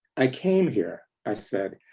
i came here, i said,